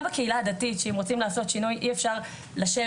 בקהילה הדתית - שאם רוצים לעשות שינוי אי אפשר לשבת,